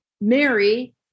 Mary